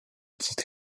titre